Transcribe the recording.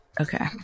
Okay